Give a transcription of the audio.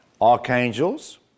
archangels